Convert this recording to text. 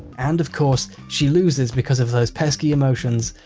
and of course she loses because of those pesky emotions.